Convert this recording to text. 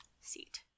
seat